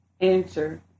Answer